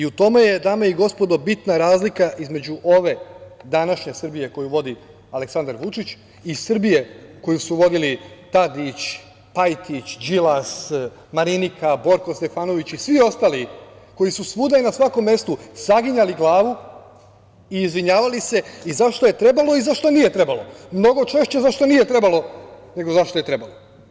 U tome je, dame i gospodo, bitna razlika između ove današnje Srbije koju vodi Aleksandar Vučić i Srbije koju su vodili Tadić, Pajtić, Đilas, Marinika, Borko Stefanović i svi ostali koji su svuda i na svakom mestu saginjali glavu i izvinjavali se i za šta je trebalo i za šta nije trebalo, ali mnogo češće za šta nije trebalo nego za šta je trebalo.